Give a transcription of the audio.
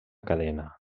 cadena